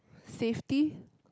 safety